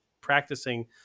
practicing